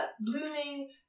blooming